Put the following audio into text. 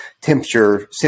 temperature